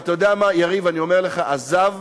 ואתה יודע מה, יריב, אני אומר לך, עזב